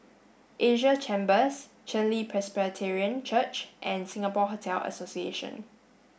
Asia Chambers Chen Li Presbyterian Church and Singapore Hotel Association